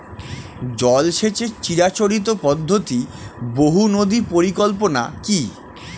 জল সেচের চিরাচরিত পদ্ধতি বহু নদী পরিকল্পনা কি?